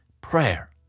prayer